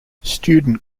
student